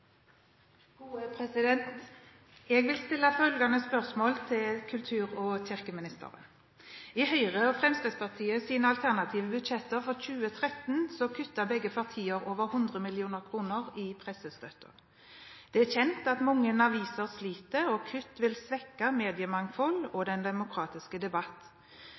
til kultur- og kirkeministeren: «I Høyres og Fremskrittspartiets alternative budsjetter for 2013 kuttet begge partier over 100 mill. kr i pressestøtten. Det er kjent at mange aviser sliter. Kutt vil svekke mediemangfoldet og den demokratiske